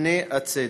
פני הצדק.